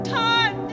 time